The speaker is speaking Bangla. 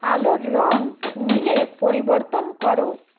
আলোর রঙ নীলে পরিবর্তন করো